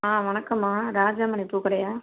ஆ வணக்கம்மா ராஜாமணி பூக்கடையா